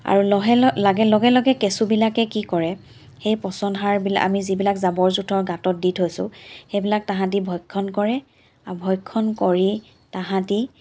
আৰু লহে লহে লাগে লগে লগে কেঁচুবিলাকে কি কৰে সেই পচন সাৰ বিলাক আমি যি বিলাক জাবৰ জোথৰ গাঁতত দি থৈছোঁ সেইবিলাক তাঁহাতি ভক্ষণ কৰে ভক্ষণ কৰি তাঁহাতি